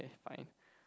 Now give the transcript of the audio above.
fine